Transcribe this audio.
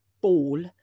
ball